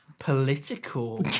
Political